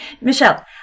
Michelle